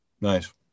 Nice